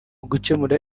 gucyemura